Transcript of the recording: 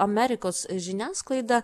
amerikos žiniasklaidą